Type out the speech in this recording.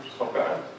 Okay